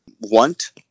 want